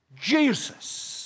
Jesus